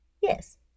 Yes